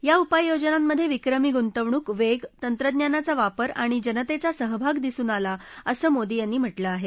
या उपाययोजनांमधे विक्रमी गुंतवणूक वेग तंत्रज्ञानाचा वापर आणि जनतेचा सहभाग दिसून आला असं मोदी यांनी म्हटलंय